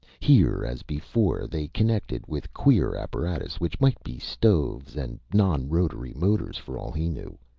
here, as before, they connected with queer apparatus which might be stoves and non-rotary motors, for all he knew.